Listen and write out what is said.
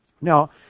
Now